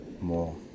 more